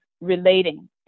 relating